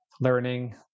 learning